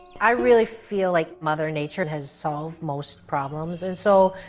i really feel like mother nature has solved most problems, and so,